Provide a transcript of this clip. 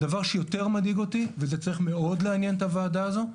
הדבר שיותר מדאיג אותי וזה צריך מאוד לעניין את הוועדה הזאת,